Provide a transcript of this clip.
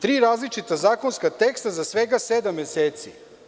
Tri različita zakonska teksta za svega 10 meseci.